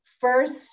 first